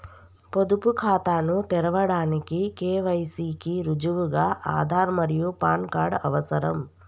పొదుపు ఖాతాను తెరవడానికి కే.వై.సి కి రుజువుగా ఆధార్ మరియు పాన్ కార్డ్ అవసరం